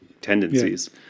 tendencies